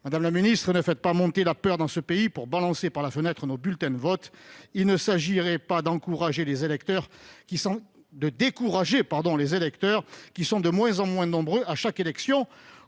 Madame la ministre, ne faites pas monter la peur dans ce pays pour balancer par la fenêtre nos bulletins de vote. Il ne s'agirait pas de décourager les électeurs, qui sont de moins en moins nombreux à chaque élection,